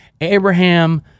Abraham